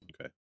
okay